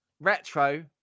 retro